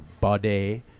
body